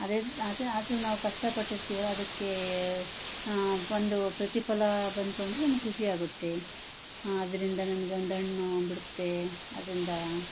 ಅದೇ ಅದು ಅದು ನಾವು ಕಷ್ಟ ಪಟ್ಟಿರ್ತಿವಲ್ಲ ಅದಕ್ಕೇ ಬಂದು ಪ್ರತಿಫಲ ಬಂತು ಅಂದರೆ ನಮಗೆ ಖುಷಿಯಾಗುತ್ತೆ ಆದ್ರಿಂದ ನಮಗೆ ಒಂದು ಹಣ್ಣು ಬಿಡುತ್ತೆ ಅದರಿಂದ